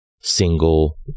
single